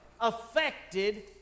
affected